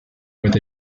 where